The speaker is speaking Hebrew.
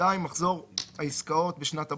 (2)מחזור העסקאות בשנת הבסיס,"